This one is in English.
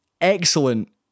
Excellent